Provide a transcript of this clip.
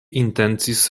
intencis